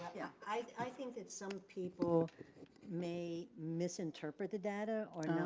yeah, i think that some people may misinterpret the data or